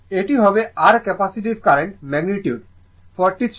এটি হবে r capacitive current magnitude 4329 1139